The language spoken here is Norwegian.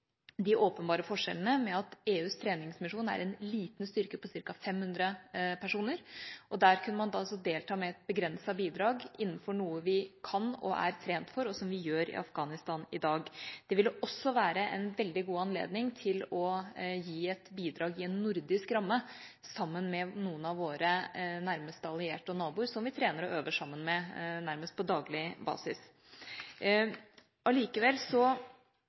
de åpenbare forskjellene med at EUs treningsmisjon er en liten styrke på ca. 500 personer. Der kunne vi delta med et begrenset bidrag innenfor noe vi kan og er trent for, og som vi gjør i Afghanistan i dag. Det ville også være en veldig god anledning til å gi et bidrag i en nordisk ramme, sammen med noen av våre nærmeste allierte og naboer, som vi trener og øver sammen med nærmest på daglig basis. Allikevel